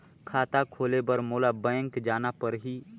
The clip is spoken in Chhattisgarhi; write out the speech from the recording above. खाता खोले बर मोला बैंक जाना परही?